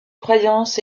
croyance